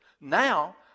Now